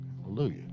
Hallelujah